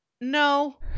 No